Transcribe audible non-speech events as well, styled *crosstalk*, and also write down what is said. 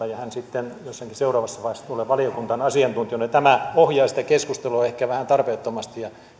*unintelligible* ja hän sitten jossakin seuraavassa vaiheessa tulee valiokuntaan asiantuntijana tämä ohjaa sitä keskustelua ehkä vähän tarpeettomasti ja